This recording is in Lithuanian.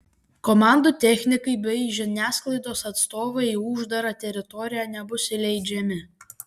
komandų technikai bei žiniasklaidos atstovai į uždarą teritoriją nebus įleidžiami